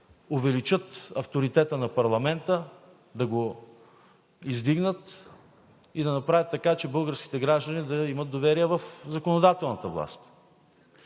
увеличат авторитета на парламента, да го издигнат и да направят така, че българските граждани да имат доверие в законодателната власт.